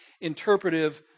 interpretive